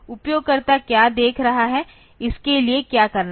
उपयोगकर्ता क्या देख रहा है इसके लिए क्या करना है